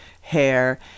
hair